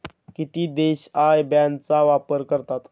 किती देश IBAN चा वापर करतात?